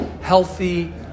healthy